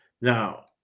Now